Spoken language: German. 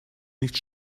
nicht